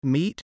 Meat